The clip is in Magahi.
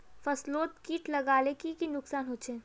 फसलोत किट लगाले की की नुकसान होचए?